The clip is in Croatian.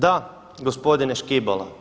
Da, gospodine Škibola.